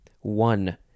one